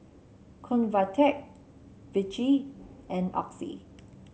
Convatec Vichy and Oxy